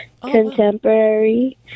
contemporary